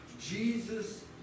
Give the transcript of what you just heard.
Jesus